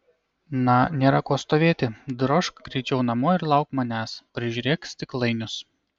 na nėra ko stovėti drožk greičiau namo ir lauk manęs prižiūrėk stiklainius